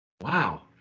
Wow